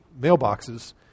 mailboxes